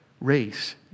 race